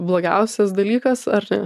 blogiausias dalykas ar ne